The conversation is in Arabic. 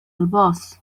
الباص